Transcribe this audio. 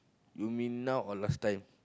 you make now or last time